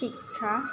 শিক্ষা